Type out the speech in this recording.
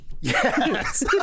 Yes